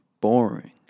boring